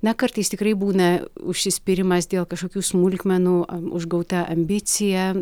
na kartais tikrai būna užsispyrimas dėl kažkokių smulkmenų užgauta ambicija